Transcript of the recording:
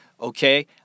Okay